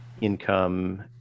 income